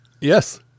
Yes